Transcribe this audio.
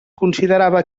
considerava